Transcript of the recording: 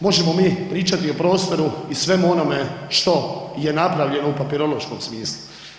Možemo mi pričati o prostoru i svemu onome što je napravljeno u papirološkom smislu.